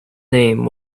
name